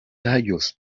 tallos